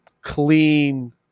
clean